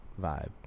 vibe